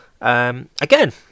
Again